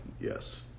Yes